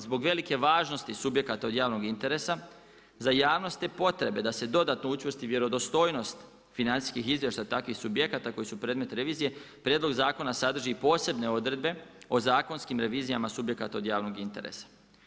Zbog velike važnosti subjekata od javnog interesa za javnost te potrebe da se dodatno učvrsti vjerodostojnost financijskih izvještaja takvih subjekata koji su predmet revizije prijedlog zakona sadrži i posebne odredbe o zakonskim revizijama subjekata od javnog interesa.